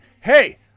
hey